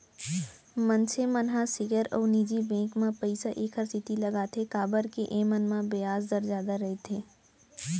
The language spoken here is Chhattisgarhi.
मनसे मन ह सेयर अउ निजी बेंक म पइसा एकरे सेती लगाथें काबर के एमन म बियाज दर जादा रइथे